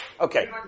Okay